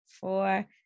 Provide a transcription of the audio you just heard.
four